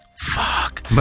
Fuck